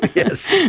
ah yes!